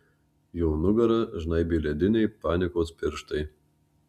jo nugarą žnaibė lediniai panikos pirštai